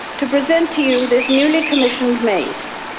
to present to you this newly-commissioned mace,